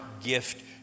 gift